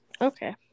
Okay